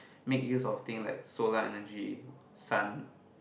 make years of thing like solar energy sun